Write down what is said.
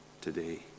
today